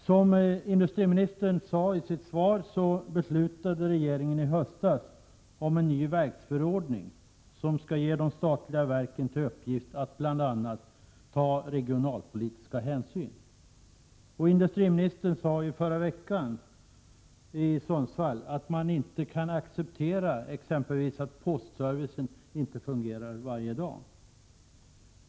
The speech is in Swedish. Som industriministern sade i sitt svar beslutade regeringen i höstas om en ny verksförordning, enligt vilken de statliga verken skall få i uppgift att bl.a. ta regionalpolitiska hänsyn. Industriministern sade förra veckan när han var i Sundsvall att man inte kan acceptera exempelvis att postservicen inte fungerar varje dag.